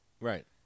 Right